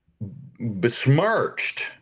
besmirched